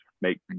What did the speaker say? make